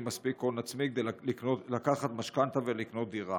מספיק הון עצמי כדי לקחת משכנתה ולקנות דירה.